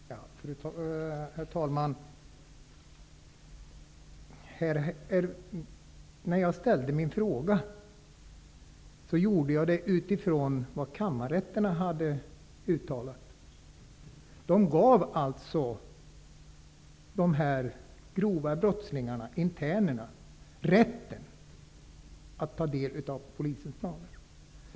Herr talman! Jag har framställt min fråga utifrån vad kammarrätterna uttalat. De gav alltså grova brottslingar, interner, rätt att ta del av Polisens planer.